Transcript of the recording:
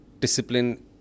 discipline